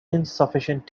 insufficient